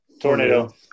Tornado